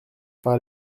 par